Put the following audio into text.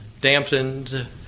dampened